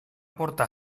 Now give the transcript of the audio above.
portar